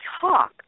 talk